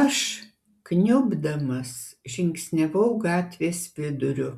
aš kniubdamas žingsniavau gatvės viduriu